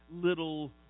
little